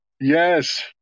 yes